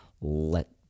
let